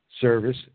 service